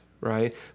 Right